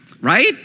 right